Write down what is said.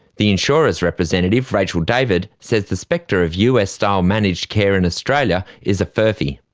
the insurers' representative, rachel david, says the spectre of us-style managed care in australia is a furphy.